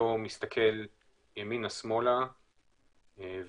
למעשה יתאפשר מייד אחרי פרסום חלקי של